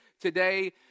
today